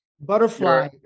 Butterfly